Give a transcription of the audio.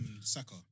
Saka